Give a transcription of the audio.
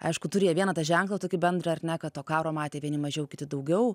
aišku turi jie vieną tą ženklą tokį bendrą ar ne kad to karo matė vieni mažiau kiti daugiau